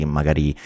magari